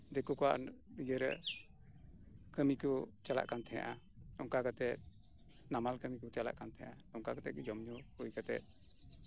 ᱫᱤᱠᱳ ᱠᱚᱣᱟᱜ ᱤᱭᱟᱹᱨᱮ ᱠᱟᱹᱢᱤ ᱠᱚ ᱪᱟᱞᱟᱜ ᱠᱟᱱ ᱛᱟᱦᱮᱫᱼᱟ ᱚᱱᱠᱟ ᱠᱟᱛᱮᱫ ᱱᱟᱢᱟᱞ ᱠᱟᱹᱢᱤ ᱠᱚ ᱪᱟᱞᱟᱜ ᱠᱟᱱ ᱛᱟᱦᱮᱸᱫᱼᱟ ᱚᱱᱠᱟ ᱠᱟᱛᱮᱫ ᱜᱮ ᱡᱚᱢ ᱧᱩ ᱦᱳᱭ ᱠᱟᱛᱮᱫ